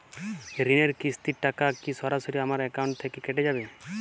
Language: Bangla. ঋণের কিস্তির টাকা কি সরাসরি আমার অ্যাকাউন্ট থেকে কেটে যাবে?